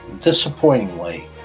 disappointingly